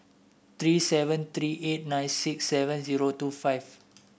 three seven three eight nine six seven zero two five